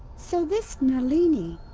so this nalini.